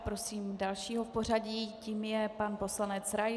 Prosím dalšího v pořadí, tím je pan poslanec Rais.